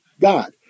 God